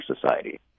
society